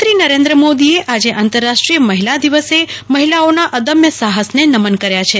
પ્રધાનમંત્રી નરેન્દ્ર મોદીએ આજે આંતરાષ્ટ્રીય મહિલા દિવસે મહિલાઓના અદમ્ય સાહસને નમન કર્યા છે